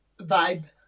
vibe